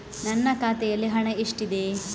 ನನ್ನ ಖಾತೆಯಲ್ಲಿ ಹಣ ಎಷ್ಟಿದೆ?